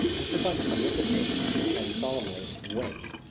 mr. bundercombe looked at me and solemnly winked!